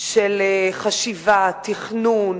של חשיבה, תכנון,